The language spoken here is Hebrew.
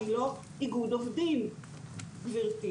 אני לא איגוד עובדים גבירתי.